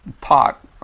pot